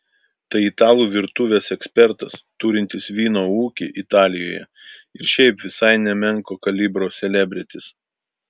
tai italų virtuvės ekspertas turintis vyno ūkį italijoje ir šiaip visai nemenko kalibro selebritis